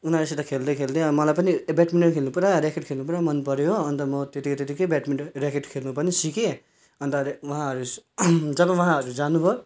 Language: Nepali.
उनीरूसित खेल्दै खेल्दै अब मलाई पनि ब्याडमिन्टन खेल्नु पुरा ऱ्याकेड खेल्नु पुरा मनपऱ्यो हो अन्त म त्यत्तिक्कै त्यत्तिक्कै ब्याडमिन्टन ऱ्याकेड खेल्नु पनि सिकेँ अन्त उहाँहरू जब उहाँहरू जानुभयो